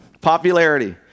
Popularity